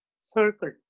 circle